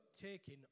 taking